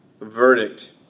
verdict